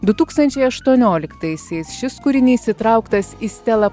du tūkstančiai aštuonioliktaisiais šis kūrinys įtrauktas į stelą